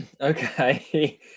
Okay